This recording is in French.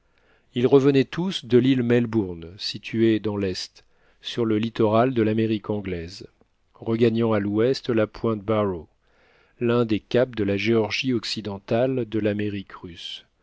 ils revenaient tous de l'île melbourne située dans l'est sur le littoral de l'amérique anglaise regagnant à l'ouest la pointe barrow l'un des caps de la géorgie occidentale de l'amérique russe